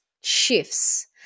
shifts